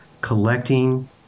collecting